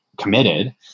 committed